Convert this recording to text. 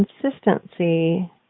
consistency